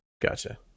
gotcha